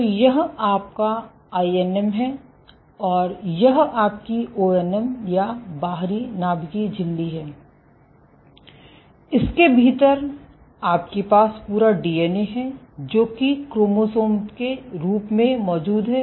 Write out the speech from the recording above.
तो यह आपका आईएनएम है और यह आपकी ओएनएम या बाहरी नाभिकीय झिल्ली है और इसके भीतर आपके पास पूरा डीएनए है जो कि क्रोमोसोम के रूप में मौजूद है